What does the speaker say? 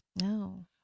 No